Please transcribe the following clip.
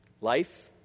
Life